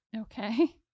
Okay